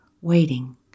waiting